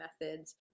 methods